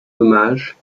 hommage